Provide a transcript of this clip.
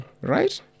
right